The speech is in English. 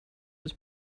was